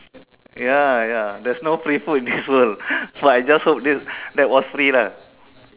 ya ya there's no free food in this world so I just hope this that was free lah